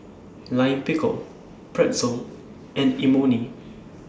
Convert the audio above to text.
Lime Pickle Pretzel and Imoni